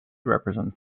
represents